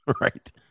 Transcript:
Right